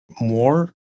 more